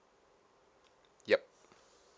yup